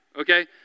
okay